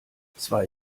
zwei